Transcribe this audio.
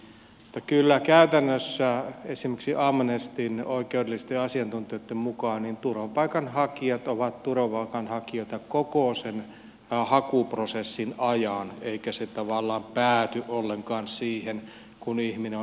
mutta kyllä käytännössä esimerkiksi amnestyn oikeudellisten asiantuntijoitten mukaan turvapaikanhakijat ovat turvapaikanhakijoita koko sen hakuprosessin ajan eikä se tavallaan pääty ollenkaan siihen kun ihminen on säilöönottoyksikössä